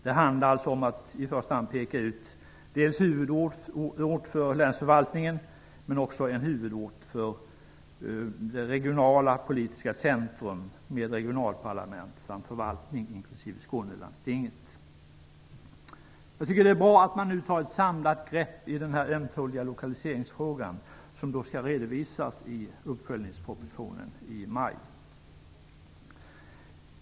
Det handlar alltså i första hand om att peka ut dels en huvudort för länsförvaltningen, dels ett regionalt politiskt centrum med regionparlament samt förvaltning, inklusive Jag tycker att det är bra att man nu tar ett samlat grepp i denna ömtåliga lokaliseringsfråga, som dock skall redovisas i uppföljningspropositionen i maj.